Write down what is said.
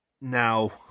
Now